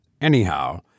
Anyhow